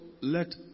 let